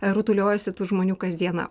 rutuliojosi tų žmonių kasdiena